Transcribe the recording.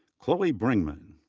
chloe brengman.